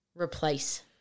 replace